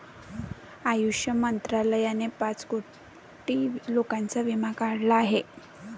आयुष मंत्रालयाने पाच कोटी लोकांचा विमा काढला आहे